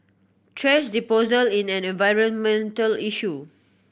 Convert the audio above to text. thrash disposal is an environmental issue